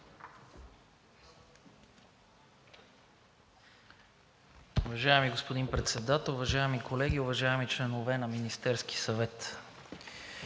Уважаеми господин Председател, уважаеми колеги, уважаеми членове на Министерския съвет,